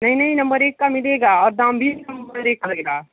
नहीं नहीं नंबर एक का मिलेगा और दाम भी नंबर एक लगेगा